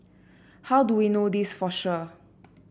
how do we know this for sure